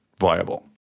viable